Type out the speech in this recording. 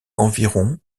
environ